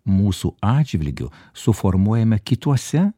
mūsų atžvilgiu suformuojame kituose